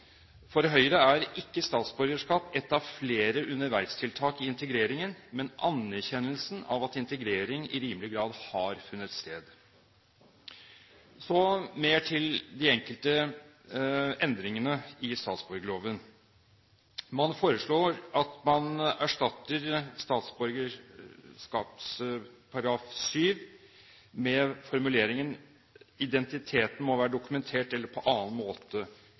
For Høyre er ikke statsborgerskap et av flere underveistiltak i integreringen, men en anerkjennelse av at integrering i rimelig grad har funnet sted. Så mer til de enkelte endringene i statsborgerloven. Man foreslår at man i statsborgerloven § 7 erstatter formuleringen identiteten må være «dokumentert eller på annen måte